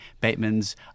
Bateman's